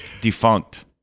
defunct